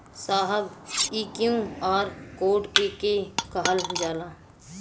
साहब इ Q R code के के कहल जाला?